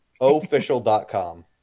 Official.com